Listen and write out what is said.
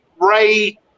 ray